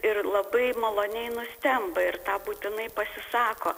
ir labai maloniai nustemba ir tą būtinai pasisako